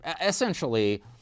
essentially